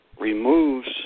removes